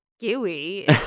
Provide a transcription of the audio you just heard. gooey